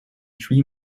three